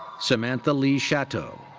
samantha leigh shatto.